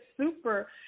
super